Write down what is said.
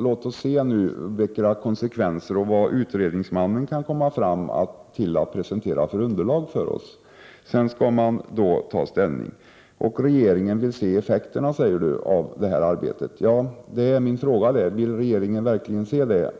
Han tyckte att vi kunde avvakta och se vilket underlag utredningsmannen kan komma att presentera för oss och att vi därefter kunde ta ställning. Regeringen vill också se effekterna av arbetet, sade Åke Gustafsson. Ja, det är det som är min fråga: Vill regeringen verkligen se det?